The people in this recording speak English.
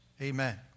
Amen